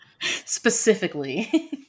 Specifically